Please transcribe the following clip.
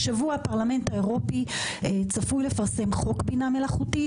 השבוע הפרלמנט האירופי צפוי לפרסם חוק בינה מלאכותית